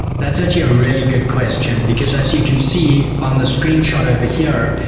that's actually a really good question because as you can see on the screenshot over here,